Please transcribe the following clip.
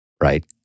right